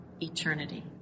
eternity